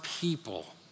people